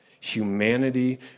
humanity